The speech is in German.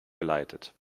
geleitet